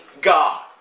God